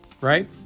right